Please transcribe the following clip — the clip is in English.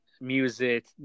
music